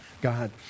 God